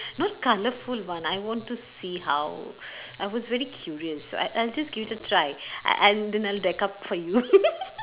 not colourful one I want to see how I was very curious I I'll just give a try a~ and then I'll deck up for you